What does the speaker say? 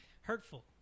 hurtful